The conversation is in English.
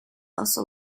also